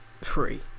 free